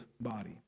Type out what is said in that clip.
body